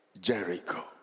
Jericho